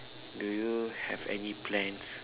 do you have any plans